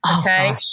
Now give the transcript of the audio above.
Okay